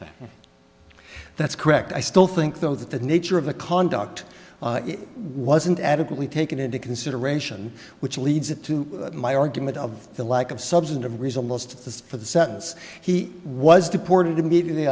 that that's correct i still think though that the nature of the conduct wasn't adequately taken into consideration which leads it to my argument of the lack of substantive reason most of this for the sentence he was deported immediately